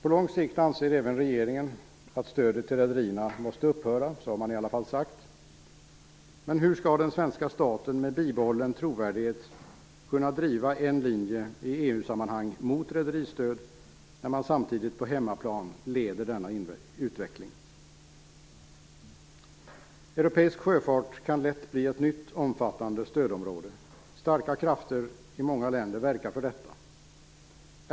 På lång sikt anser även regeringen att stödet till rederierna måste upphöra. Så har man i alla fall sagt. Men hur skall den svenska staten med bibehållen trovärdighet kunna driva en linje i EU-sammanhang mot rederistöd när man samtidigt på hemmaplan leder denna utveckling? Europeisk sjöfart kan lätt bli ett nytt omfattande stödområde. Starka krafter i många länder verkar för detta.